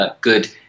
Good